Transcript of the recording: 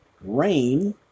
rain